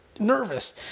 nervous